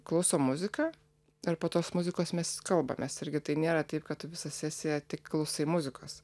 klausom muziką ir po tos muzikos mes kalbamės irgi tai nėra taip kad tu visą sesiją tik klausai muzikos